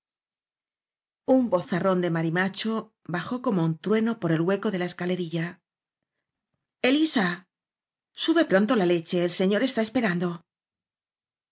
un vozarrón de marimacho bajó como un trueno por el hueco de la escalerilla elisa sube pronto la leche el señor está esperando